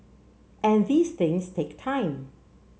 and these things take time